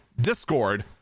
Discord